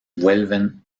vuelven